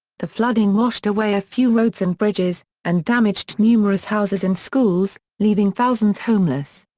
the flooding washed away a few roads and bridges, and damaged numerous houses and schools, leaving thousands homeless.